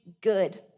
good